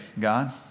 God